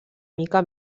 mica